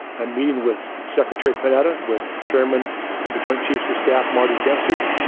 i'm meeting with secretary panetta, with chairman of the joint chiefs of staff marty dempsey,